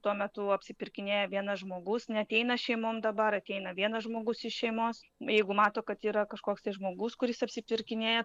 tuo metu apsipirkinėja vienas žmogus neateina šeimon dabar ateina vienas žmogus iš šeimos jeigu mato kad yra kažkoks tai žmogus kuris apsipirkinėja